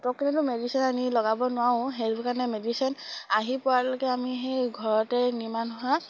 পটককেনেটো medicine আনি লগাব নোৱাৰোঁ সেইটো কাৰণে মেডিচিন আহি পোৱালৈকে আমি সেই ঘৰতেই নিৰ্মাণ হোৱা